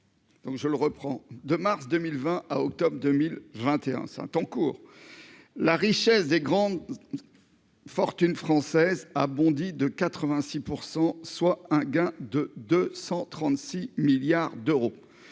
je le reprends de mars 2020 à octobre 2021 en cours, la richesse des grandes fortunes françaises a bondi de 86 %, soit un gain de 236 milliards d'euros